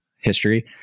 history